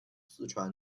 四川